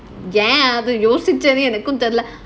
ya அது எனக்கும் தெரில:adhu enakkum therila lah